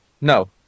No